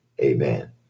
amen